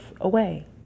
away